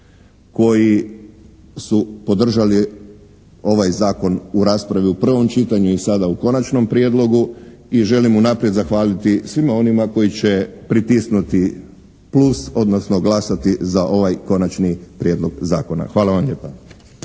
Koji su podržali ovaj zakon u raspravi u prvom čitanju i sada u Konačnom prijedlogu i želim unaprijed zahvaliti svima onima koji će pritisnuti plus odnosno glasati za ovaj Konačni prijedlog zakona. Hvala vam lijepa.